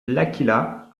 laqhila